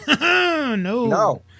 No